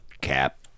Cap